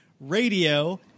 Radio